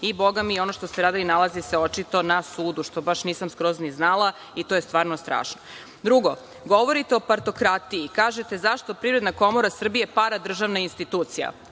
i bogami ono što ste radili nalazi se očito na sudu, što nisam ni znala, i to je stvarno strašno. Drugo, govorite o partokratiji kažete – zašto Privredna komora Srbije, paradržavna institucija? Privredna